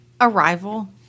Arrival